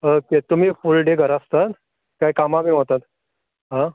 okay तुमी full day घरा आसतात काय कामाग बी वतात आ